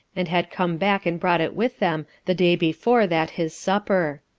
and had come back and brought it with them the day before that his supper.